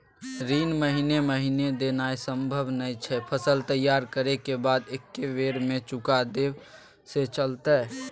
ऋण महीने महीने देनाय सम्भव नय छै, फसल तैयार करै के बाद एक्कै बेर में चुका देब से चलते?